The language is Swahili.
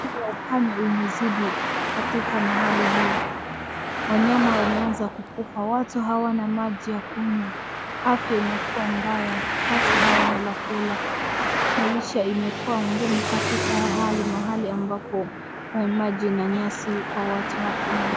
Ukame umezidi katika mahali hii, wanyama wameanza kukufa. Watu hawana maji ya kunywa, afya imekuwa mbaya, ata hawana la kula. Maisha imekuwa ngumu katika hali mahali ambapo, maji na nyasi kwa watu hakuna.